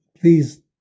please